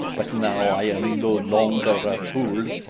but now i am no longer a fool,